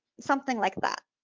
something like that.